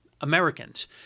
Americans